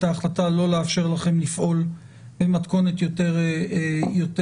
ההחלטה לא לאפשר לכם לפעול במתכונת יותר גמישה,